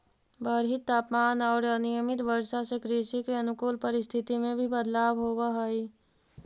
बढ़ित तापमान औउर अनियमित वर्षा से कृषि के अनुकूल परिस्थिति में भी बदलाव होवऽ हई